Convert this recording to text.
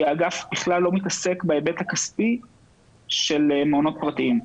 כי האגף בכלל לא מתעסק בהיבט הכספי של מעונות פרטיים.